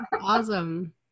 Awesome